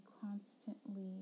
constantly